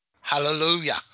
Hallelujah